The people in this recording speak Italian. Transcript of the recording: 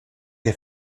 che